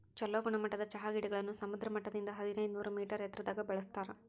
ಚೊಲೋ ಗುಣಮಟ್ಟದ ಚಹಾ ಗಿಡಗಳನ್ನ ಸಮುದ್ರ ಮಟ್ಟದಿಂದ ಹದಿನೈದನೂರ ಮೇಟರ್ ಎತ್ತರದಾಗ ಬೆಳೆಸ್ತಾರ